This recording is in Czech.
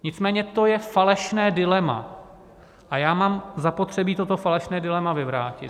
Nicméně to je falešné dilema a já mám zapotřebí toto falešné dilema vyvrátit.